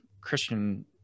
Christian